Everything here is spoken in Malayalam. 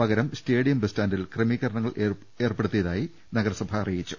പകരം സ്റ്റേഡിയം ബസ്സ്റ്റാന്റിൽ ക്രമീകരണങ്ങൾ ഏർപ്പെടുത്തിയതായി നഗരസഭ അറിയിച്ചു